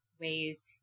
ways